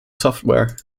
software